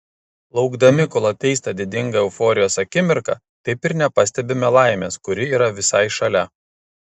laukdami kol ateis ta didinga euforijos akimirka taip ir nepastebime laimės kuri yra visai šalia